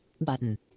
button